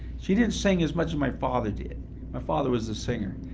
she didn't sing as much as my father did my father was the singer,